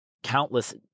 countless